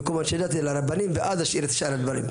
במקום אנשי דת אלא רבנים ואז להשאיר את שאר הדברים.